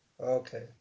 okay